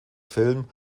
film